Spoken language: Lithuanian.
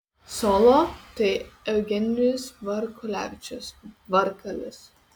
solo tai eugenijus varkulevičius varkalis